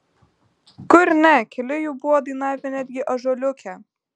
kur ne keli jų buvo dainavę netgi ąžuoliuke